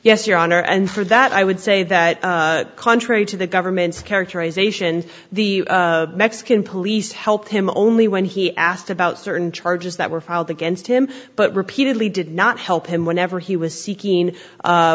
yes your honor and for that i would say that contrary to the government's characterization the mexican police helped him only when he asked about certain charges that were filed against him but repeatedly did not help him whenever he was seeking